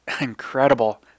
incredible